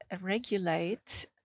regulate